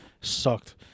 Sucked